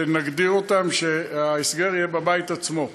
שנגדיר אותם, שההסגר יהיה בבית עצמו,